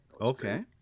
Okay